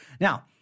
Now